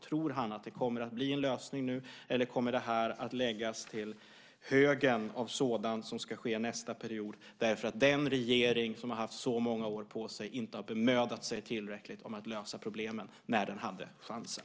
Tror han att det kommer att bli en lösning nu eller kommer det här att läggas på högen av sådant som ska ske nästa period, därför att den regering som har haft så många år på sig inte har bemödat sig tillräckligt om att lösa problemen när den hade chansen?